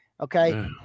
Okay